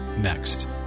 next